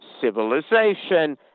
civilization